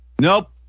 nope